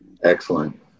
Excellent